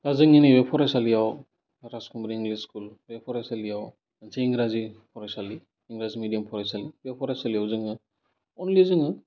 दा जोंनि नैबे फरायसालियाव राजखुंग्रिनि स्कुल बे फरायसालियाव मोनसे इंराजि फरायसालि इंराजि मिडियाम फरायसालिबे फरायसालियाव जोङो अनलि जोङो